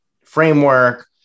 framework